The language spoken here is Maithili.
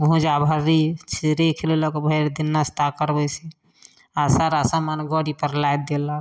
भूँजा भर्री से राखि लेलक भरि दिना नस्ता करबै से आर सारा समान गड़ी पर लादि देलक